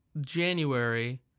January